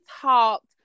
talked